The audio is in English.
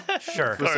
Sure